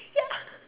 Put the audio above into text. ya